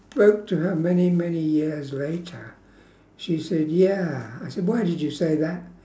spoke to her many many years later she said ya I said why did you say that